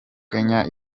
kenya